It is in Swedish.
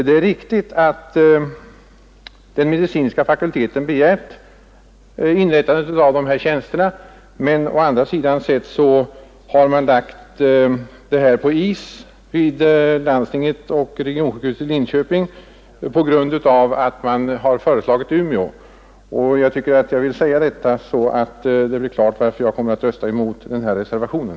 Det är visserligen riktigt att den medicinska fakulteten begärt inrättande av de här tjänsterna, men å andra sidan har landstinget lagt frågan på is vid regionsjukhuset i Linköping på grund av att Umeå har föreslagits i stället. Jag vill säga detta, så att det blir klarlagt varför jag kommer att rösta emot reservationen.